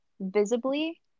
visibly